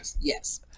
Yes